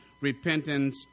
repentance